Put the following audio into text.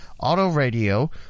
Autoradio